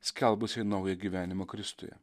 skelbusiai naują gyvenimą kristuje